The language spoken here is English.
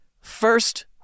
first